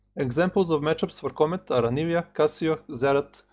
examples of matchups for comet are anivia, cassio, xerath,